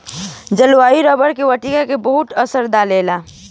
जलवायु रबर के वेराइटी के बहुते असर डाले ला